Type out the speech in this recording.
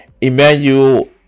Emmanuel